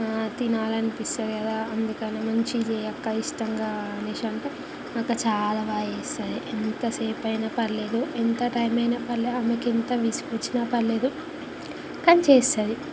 తినాలనిపిస్తుంది కదా అందుకనే మంచిగా చేయక్క ఇష్టంగా అనేసి అంటే అక్క చాలా బాగా చేస్తుంది ఎంత సేపయిన పర్లేదు ఎంత టైం అయిన పర్లేదు ఆమెకు ఎంత విసుగొచ్చిన పర్లేదు కాని చేస్తుంది